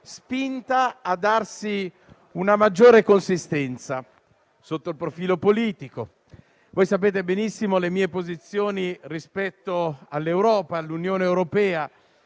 spinta a darsi una maggiore consistenza, sotto il profilo politico. Voi conoscete benissimo le mie posizioni rispetto all'Europa e all'Unione europea.